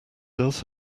does